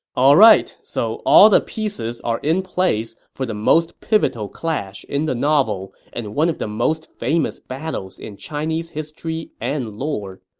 alright, so all the pieces are in place for the most pivotal clash in the novel and one of the most famous battles in chinese history and lore.